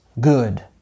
good